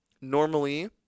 normally